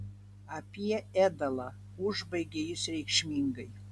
apie ėdalą užbaigė jis reikšmingai